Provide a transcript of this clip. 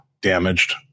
damaged